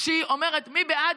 כשהיא אומרת: מי בעד?